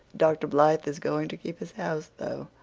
dr. blythe is going to keep his house, though,